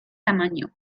tamaño